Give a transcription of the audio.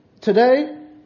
today